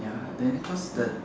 then cause the